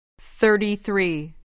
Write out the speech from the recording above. Thirty-three